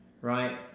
right